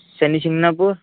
Shanishingnapur